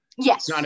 Yes